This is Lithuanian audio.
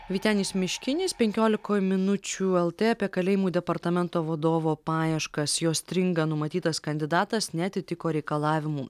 vytenis miškinis penkiolikoj minučių lt apie kalėjimų departamento vadovo paieškas jos stringa numatytas kandidatas neatitiko reikalavimų